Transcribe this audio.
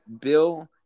Bill